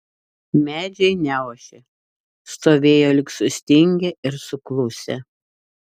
medžiai neošė stovėjo lyg sustingę ir suklusę